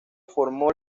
formó